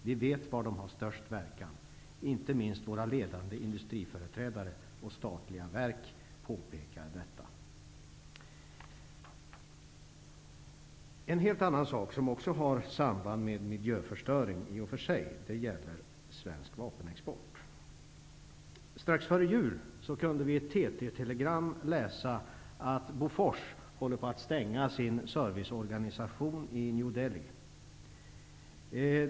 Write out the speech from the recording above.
Vi vet var åtgärderna har störst verkan. Inte minst våra ledande industriföreträdare och statliga verk påpekar detta. En helt annan sak, som också har samband med miljöförstöringen, är svensk vapenexport. Strax före jul kunde vi i ett TT-telegram läsa att Bofors håller på att stänga sin serviceorganisation i New Delhi.